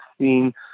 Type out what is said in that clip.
seen